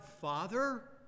Father